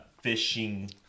fishing